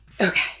Okay